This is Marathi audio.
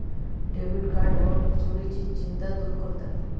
डेबिट कार्ड ओळख चोरीची चिंता दूर करतात